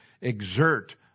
exert